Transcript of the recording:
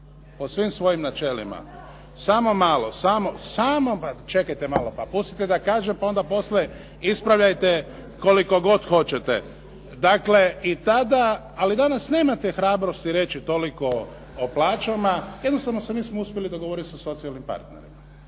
po svim svojim načelima. Samo malo, čekajte malo, pa pustite da kažem pa onda poslije ispravljajte koliko god hoćete. Dakle, i tada, ali danas nemate hrabrosti reći toliko o plaćama. Jednostavno se nismo uspjeli dogovoriti sa socijalnim partnerima.